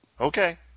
Okay